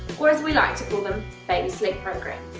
or as we like to call them, baby sleep programs.